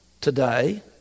today